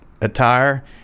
attire